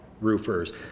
roofers